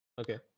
okay